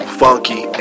funky